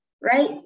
right